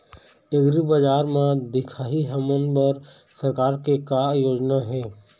एग्रीबजार म दिखाही हमन बर सरकार के का योजना हे?